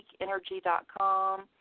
PeakEnergy.com